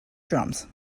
drums